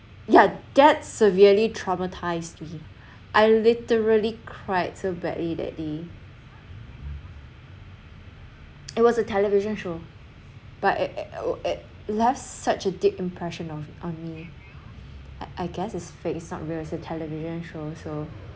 yeah that severely traumatized to me I literally cried so badly that day it was a television show but it it left such a deep impression of on me I guess is fake it's not real it is a television show so